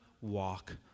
walk